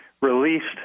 released